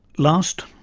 last,